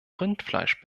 rindfleisch